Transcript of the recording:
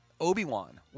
Obi-Wan